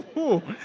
woo